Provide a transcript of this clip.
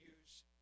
use